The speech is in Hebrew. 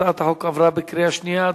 הצעת החוק עברה בקריאה שנייה.